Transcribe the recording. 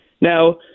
Now